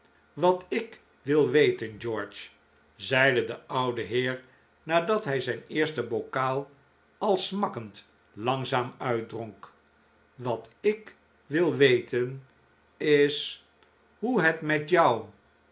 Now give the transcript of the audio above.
wat ik wil weten george zeide de ouwe heer nadat hij zijn eerste bokaal al smakkend langzaam uitdronk wat ik wil weten is hoe het met jou